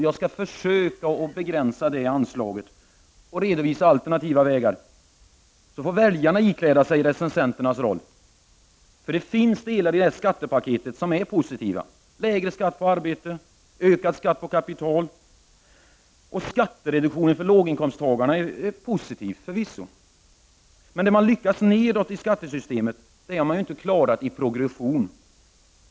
Jag skall försöka att begränsa det anslaget och redovisa alternativa vägar, så får väljarna ikläda sig recensentens roll. För det finns delar i skattepaketet som är positiva — lägre skatt på arbete och ökad skatt på kapital. Skattereduktionen för låginkomsttagarna är förvisso positiv. Men det man har lyckats med nedåt i skattesystemet, det har man inte klarat i progression.